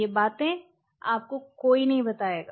ये बातें आपको कोई नहीं बताएगा